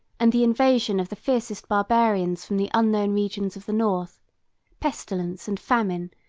and the invasion of the fiercest barbarians from the unknown regions of the north pestilence and famine,